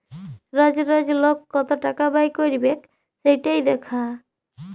রজ রজ লক কত টাকা ব্যয় ক্যইরবেক সেট দ্যাখা